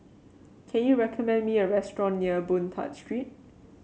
can you recommend me a restaurant near Boon Tat Street